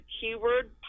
keyword